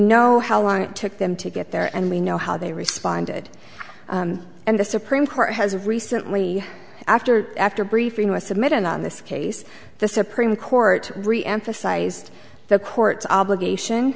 know how long it took them to get there and we know how they responded and the supreme court has recently after after briefing was submitted on this case the supreme court really emphasized the court's obligation